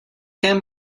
can